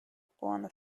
планов